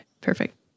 perfect